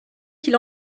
qu’il